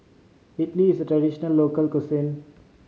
Idly is a traditional local cuisine